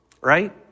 right